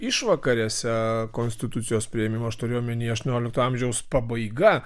išvakarėse konstitucijos priėmimo aš turiu omeny aštuoniolikto amžiaus pabaiga